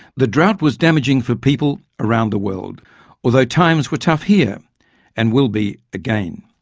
the drought was damaging for people around the world although times were tough here and will be again.